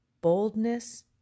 boldness